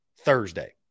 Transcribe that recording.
Thursday